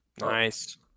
Nice